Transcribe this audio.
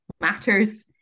matters